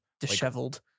disheveled